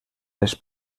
les